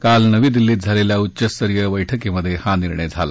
काल नवी दिल्लीत झालेल्या उच्चस्तरीय बैठकीत हा निर्णय झाला